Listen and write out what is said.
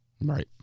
Right